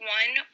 one